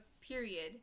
period